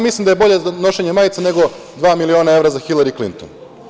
Mislim da je bolje nošenje majica nego dva miliona evra za Hilari Klinton.